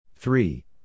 Three